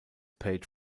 paid